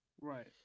right